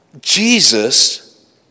Jesus